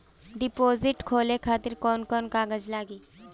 Deposit खोले खातिर कौन कौन कागज लागी?